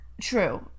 True